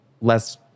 less